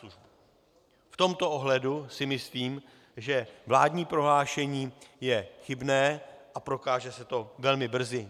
V tomto ohledu si myslím, že vládní prohlášení je chybné a prokáže se to velmi brzy.